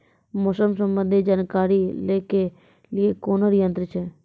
मौसम संबंधी जानकारी ले के लिए कोनोर यन्त्र छ?